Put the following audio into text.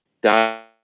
die